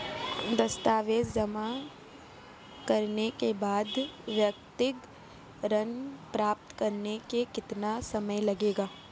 दस्तावेज़ जमा करने के बाद व्यक्तिगत ऋण प्राप्त करने में कितना समय लगेगा?